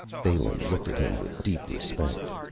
balin looked at him with deep respect.